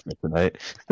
tonight